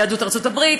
יהדות ארצות-הברית,